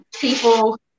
people